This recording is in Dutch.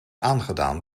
aangedaan